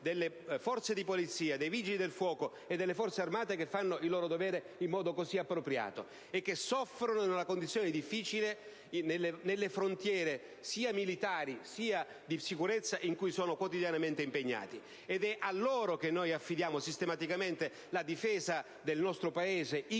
delle Forze di polizia, dei Vigili del fuoco e delle Forze armate che fanno il loro dovere in modo così appropriato e che soffrono di una condizione difficile, nelle frontiere sia militari sia di sicurezza in cui sono quotidianamente impegnati. Ed è a loro che noi affidiamo sistematicamente la difesa del nostro Paese in